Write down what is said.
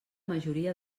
majoria